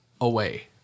away